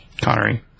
Connery